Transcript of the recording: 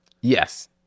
Yes